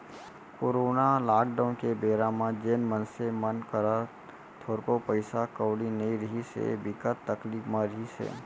corona lockdown के बेरा म जेन मनसे मन करा थोरको पइसा कउड़ी नइ रिहिस हे, बिकट तकलीफ म रिहिस हे